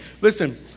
listen